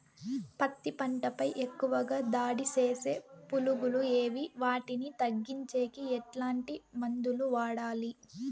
పత్తి పంట పై ఎక్కువగా దాడి సేసే పులుగులు ఏవి వాటిని తగ్గించేకి ఎట్లాంటి మందులు వాడాలి?